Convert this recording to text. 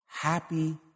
happy